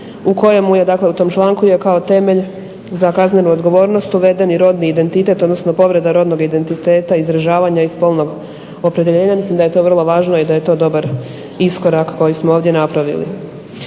ravnopravnosti, u tom članku je kao temelj za kaznenu odgovornost uveden i rodni identitet odnosno povreda radnog identiteta, izražavanja i spolnog opredjeljenja, mislim da je to vrlo važno i da je to dobar iskorak koji smo ovdje napravili.